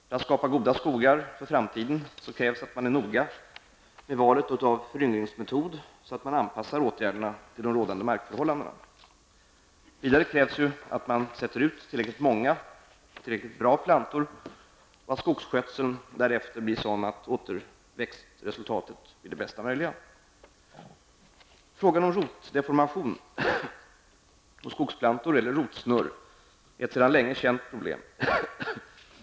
För att skapa goda skogar för framtiden krävs att man är noga med valet av föryngringsmetod så att man anpassar åtgärderna till rådande markförhållanden. Vidare krävs att man sätter ut tillräckligt många och tillräckligt bra plantor och att skogsskötseln därefter blir sådan att återväxtresultatet blir det bästa möjliga. Frågan om rotdeformation hos skogsplantor, eller rotsnurr, är ett sedan länge känt problem.